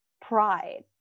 pride